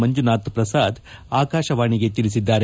ಮಂಜುನಾಥ್ ಪ್ರಸಾದ್ ಆಕಾಶವಾಣಿಗೆ ತಿಳಿಸಿದ್ದಾರೆ